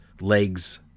legs